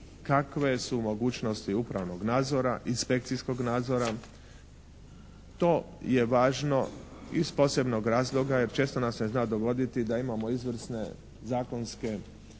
kakve su mogućnosti upravnog nadzora, inspekcijskog nadzora, to je važno iz posebnog razloga jer često nam se zna dogoditi da imamo izvrsne zakonske,